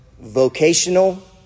vocational